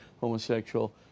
homosexual